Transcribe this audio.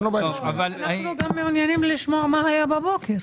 אנחנו גם מעוניינים לשמוע מה היה בבוקר.